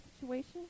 situation